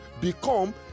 become